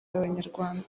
abanyarwanda